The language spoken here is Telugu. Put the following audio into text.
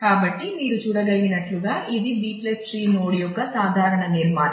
కాబట్టి మీరు చూడగలిగినట్లుగా ఇది B ట్రీ నోడ్ యొక్క సాధారణ నిర్మాణం